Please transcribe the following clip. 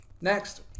Next